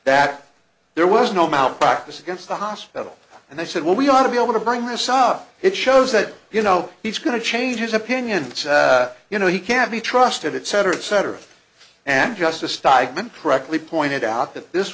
that there was no malpractise against the hospital and they said well we ought to be able to bring this up it shows that you know he's going to change his opinions you know he can't be trusted at cetera et cetera and just a stockman correctly pointed out that this